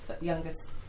youngest